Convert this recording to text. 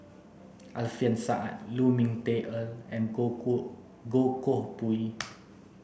Alfian Sa'at Lu Ming Teh Earl and Goh Koh Goh Koh Pui